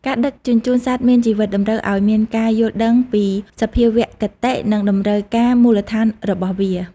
ការដឹកជញ្ជូនសត្វមានជីវិតតម្រូវឱ្យមានការយល់ដឹងពីសភាវគតិ និងតម្រូវការមូលដ្ឋានរបស់វា។